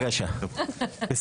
חנוך, אתה עושה להם פיליבסטר?